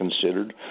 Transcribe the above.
considered